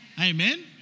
Amen